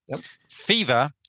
Fever